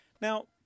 Now